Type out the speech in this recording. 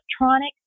electronic